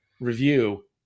review